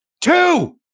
Two